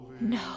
No